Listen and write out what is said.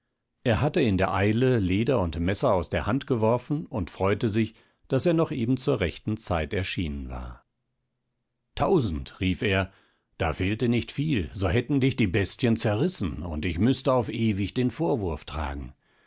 er hatte in der eile leder und messer aus der hand geworfen und freute sich daß er noch eben zur rechten zeit erschienen war tausend rief er da fehlte nicht viel so hätten dich die bestien zerrissen und ich müßte auf ewig den vorwurf tragen